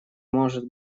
может